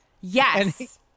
Yes